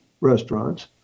restaurants